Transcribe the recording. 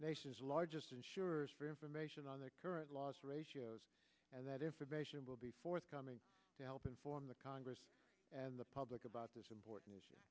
nation's largest insurers for information on their current laws and that information will be forthcoming to help inform the congress and the public about this important issue